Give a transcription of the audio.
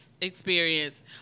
experience